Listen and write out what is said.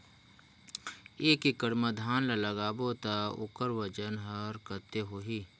एक एकड़ मा धान ला लगाबो ता ओकर वजन हर कते होही?